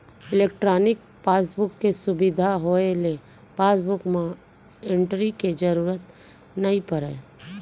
electronic passbook के सुबिधा होए ले पासबुक म एंटरी के जरूरत नइ परय